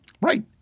Right